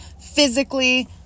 physically